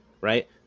Right